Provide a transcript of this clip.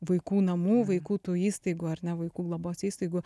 vaikų namų vaikų tų įstaigų ar ne vaikų globos įstaigų